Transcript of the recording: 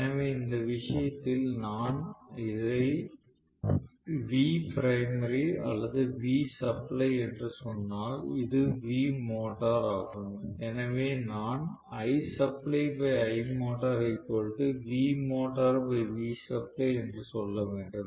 எனவே இந்த விஷயத்தில் நான் இதை Vprimary அல்லது Vsupply என்று சொன்னால் இது Vmotor ஆகும் எனவே நான் என்று சொல்ல வேண்டும்